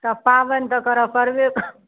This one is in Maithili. तऽ पाबनि तऽ करऽ पड़तय